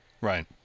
right